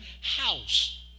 house